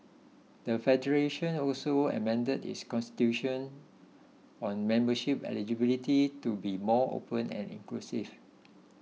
the federation also amended its constitution on membership eligibility to be more open and inclusive